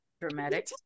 dramatic